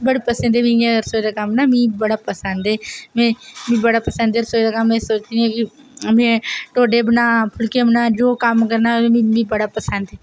बड़ा पसंद ऐ मिगी इयां रसोई दा कम्म ना मिगी बड़ा पसंद ऐ में मिगी बड़ा पसंद ऐ रसोई दा कम्म मीं सोचनी आं कि में ढोडे बनां फुल्के बनां जो कम्म करना होऐ ते मिगी बड़ा पसंद ऐ